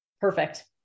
Perfect